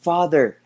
Father